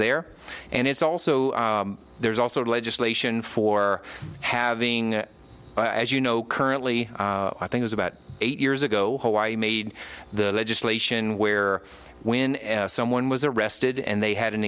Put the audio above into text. there and it's also there's also legislation for having as you know currently i think is about eight years ago hawaii made the legislation where when someone was arrested and they had an